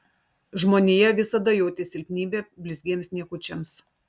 žmonija visada jautė silpnybę blizgiems niekučiams